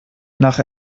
nach